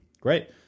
Great